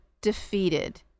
defeated